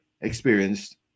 experienced